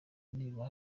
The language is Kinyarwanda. niba